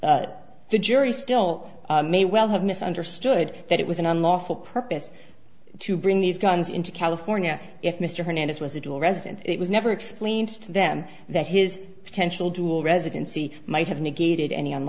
the jury still may well have misunderstood that it was an unlawful purpose to bring these guns into california if mr hernandez was a dual resident it was never explained to them that his potential dual residency might have negated any